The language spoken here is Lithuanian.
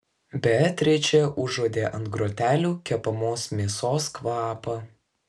beatričė užuodė ant grotelių kepamos mėsos kvapą